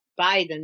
Biden